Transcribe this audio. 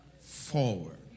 forward